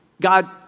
God